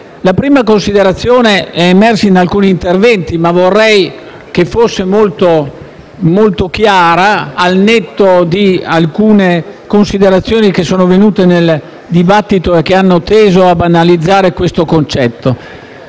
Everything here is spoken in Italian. La prima di esse è emersa in alcuni interventi, ma vorrei fosse molto chiara, al netto di alcune osservazioni che sono arrivate dal dibattito e che hanno teso a banalizzare il concetto.